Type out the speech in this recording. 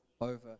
over